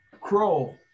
crow